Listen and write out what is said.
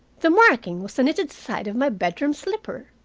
the marking was the knitted side of my bedroom slipper.